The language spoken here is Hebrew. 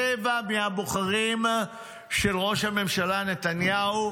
רבע מהבוחרים של ראש הממשלה נתניהו,